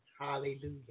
Hallelujah